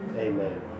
Amen